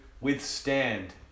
withstand